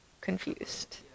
confused